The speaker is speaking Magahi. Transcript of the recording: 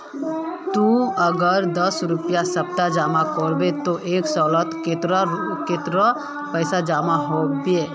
ती अगर दस रुपया सप्ताह जमा करबो ते एक सालोत कतेरी पैसा जमा होबे बे?